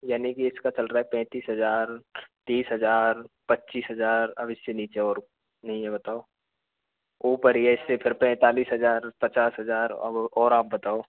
यानि की इसका चल रहा है पैंतीस हजार तीस हजार पच्चीस हजार अब इससे नीचे और नहीं है बताओ ऊपर ही है इससे फिर पैंतालीस हजार पचास हजार अब और आप बताओ